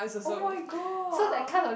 oh-my-god ah